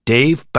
Dave